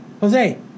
Jose